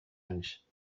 anys